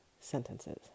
sentences